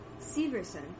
Severson